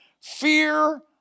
Fear